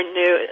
new